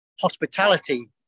hospitality